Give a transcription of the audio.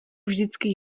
vždycky